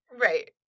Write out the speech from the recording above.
Right